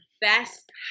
best